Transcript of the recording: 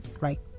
right